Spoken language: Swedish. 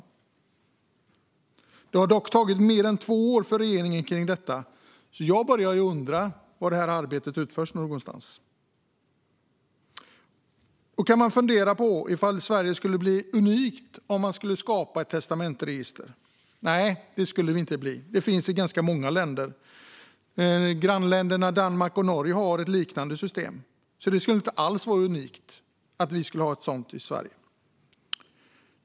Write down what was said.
Detta har dock tagit mer än två år för regeringen, så jag börjar undra var någonstans det här arbetet utförs. Man kan fundera på ifall Sverige skulle bli unikt om man skulle skapa ett testamentsregister. Nej, det skulle vi inte bli. Det finns i ganska många länder. Grannländerna Danmark och Norge har ett liknande system, så det skulle inte alls vara unikt om vi skulle ha ett sådant i Sverige.